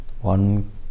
one